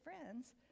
friends